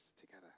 together